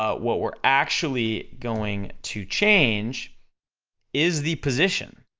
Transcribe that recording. ah what we're actually going to change is the position,